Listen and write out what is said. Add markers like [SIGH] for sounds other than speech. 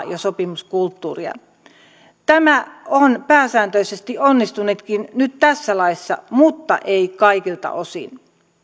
[UNINTELLIGIBLE] ja sopimuskulttuuria tämä on pääsääntöisesti onnistunutkin nyt tässä laissa mutta ei kaikilta osin